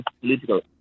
political